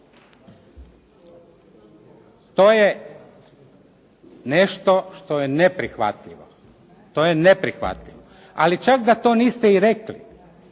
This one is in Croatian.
To je neprihvatljivo. Ali čak da to niste i rekli,